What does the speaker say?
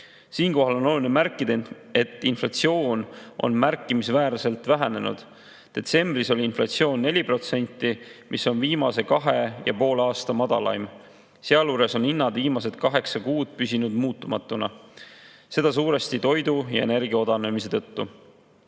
On oluline märkida, et inflatsioon on märkimisväärselt vähenenud. Detsembris oli inflatsioon 4%, mis on viimase kahe ja poole aasta madalaim. Sealjuures on hinnad viimased kaheksa kuud püsinud muutumatuna, seda suuresti toidu ja energia odavnemise tõttu.